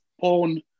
porn